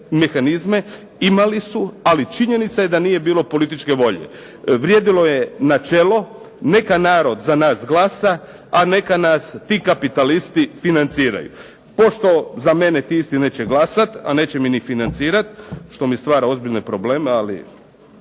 imali su, ali činjenica je da nije bilo političke volje. Vrijedilo je načelo "Neka narod za nas glasa, a neka nas ti kapitalisti financiraju." Pošto za mene ti isti neće glasat, a neće mi ni financirat, što mi stvara ozbiljne probleme, ali